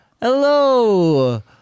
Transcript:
Hello